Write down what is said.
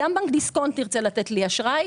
גם בנק דיסקונט ירצה לתת לי אשראי,